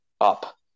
Up